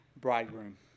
bridegroom